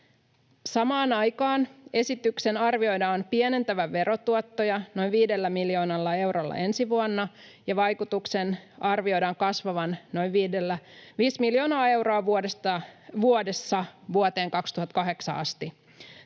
Samaan aikaan esityksen arvioidaan pienentävän verotuottoja noin 5 miljoonalla eurolla ensi vuonna ja vaikutuksen arvioidaan kasvavan noin 5 miljoonaa euroa vuodessa vuoteen 2028 asti.